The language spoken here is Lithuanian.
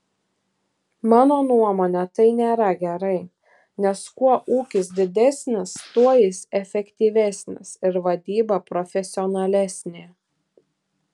mano nuomone tai nėra gerai nes kuo ūkis didesnis tuo jis efektyvesnis ir vadyba profesionalesnė